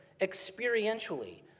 experientially